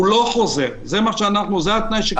הוא לא חוזר, זה התנאי שקבענו.